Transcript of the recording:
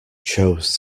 chose